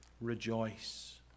Rejoice